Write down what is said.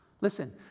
Listen